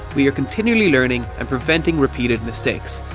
we are continually learning and preventing repeated mistakes.